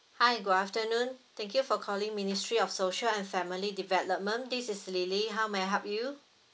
hi good afternoon thank you for calling ministry of social and family development this is lily how may I help you